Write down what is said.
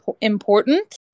important